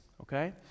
okay